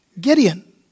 Gideon